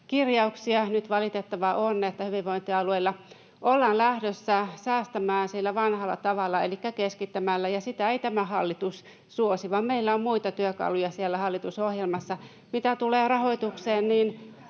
kirjauksia. Nyt valitettavaa on, että hyvinvointialueilla ollaan lähdössä säästämään sillä vanhalla tavalla elikkä keskittämällä, ja sitä ei tämä hallitus suosi, vaan meillä on muita työkaluja siellä hallitusohjelmassa. [Keskeltä: Mitä ne